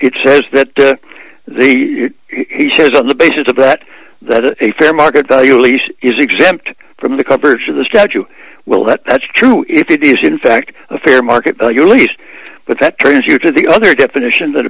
it says that the he said on the basis of that that a fair market value lease is exempt from the coverage of the statue well that's true if it is in fact a fair market value lease but that turns you to the other definition that